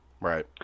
Right